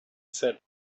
set